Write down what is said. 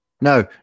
No